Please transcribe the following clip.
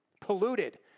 polluted